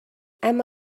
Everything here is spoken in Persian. اما